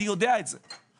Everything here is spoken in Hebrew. אני יודע את זה.